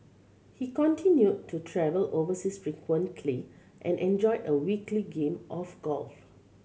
he continued to travel overseas frequently and enjoyed a weekly game of golf